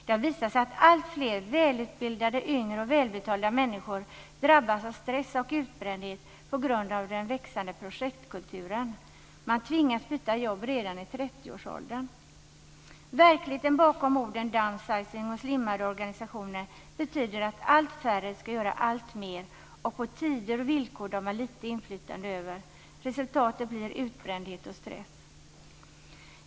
Det visar sig att alltfler välutbildade yngre och välbetalda människor drabbas av stress och utbrändhet på grund av den växande projektkulturen. Man tvinga byta jobb redan i 30-årsåldern. Verkligheten bakom begreppen downsizing och slimmade organisationer betyder att allt färre ska göra alltmer, på tider och villkor som de har ett litet inflytande över. Resultatet blir utbrändhet och stress.